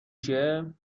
چیه